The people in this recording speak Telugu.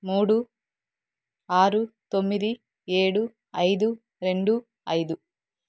మూడు ఆరు తొమ్మిది ఏడు ఐదు రెండు ఐదు